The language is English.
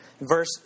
Verse